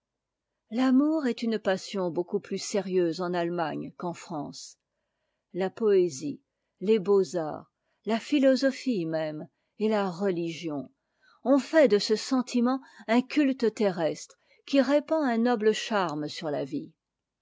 l'amour est une passion beaucoup plus sérieuse en allemagne qu'en france la poésie les beauxarts la philosophie même et la religion ont fait de ce sentiment un culte terrestre qui répand un noble charme sur la vie